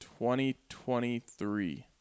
2023